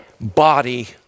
body